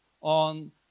on